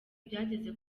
byageze